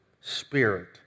Spirit